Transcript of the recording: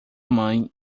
mãe